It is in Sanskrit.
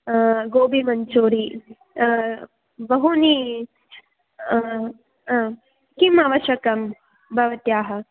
गोबि मञ्चूरियन् बहूनि किम् आवश्यकं भवत्याः